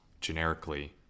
generically